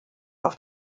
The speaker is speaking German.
auf